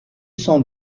sont